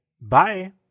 bye